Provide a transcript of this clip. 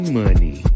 money